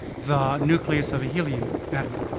the nucleus of a helium atom.